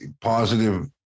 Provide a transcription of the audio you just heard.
positive